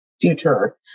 Future